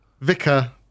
Vicar